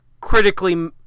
critically